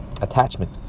attachment